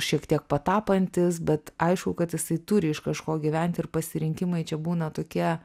šiek tiek patapantis bet aišku kad jisai turi iš kažko gyventi ir pasirinkimai čia būna tokie